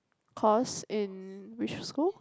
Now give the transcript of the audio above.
cause in which school